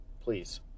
please